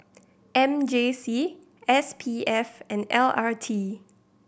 M J C S P F and L R T